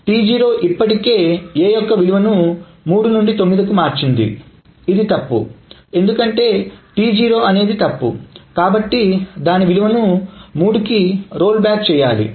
T0 ఇప్పటికే A యొక్క విలువను 3 నుండి 9 మార్చింది ఇది తప్పు ఎందుకంటే T0 అనేది తప్పు కాబట్టి దాని విలువను 3 కి రోల్ బ్యాక్ చేయాలి